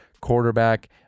quarterback